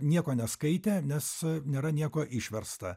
nieko neskaitė nes nėra nieko išversta